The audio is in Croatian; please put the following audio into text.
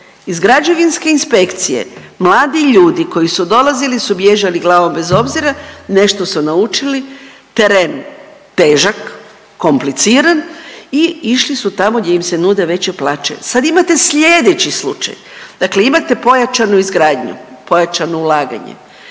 Iz Građevinske inspekcije mladi ljudi koji su dolazili su bježali glavom bez obzira, nešto su naučili, teren težak, kompliciran i išli su tamo gdje im se nude veće plaće. Sad imate sljedeći slučaj. Dakle, imate pojačanu izgradnju, pojačano ulaganje,